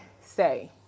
say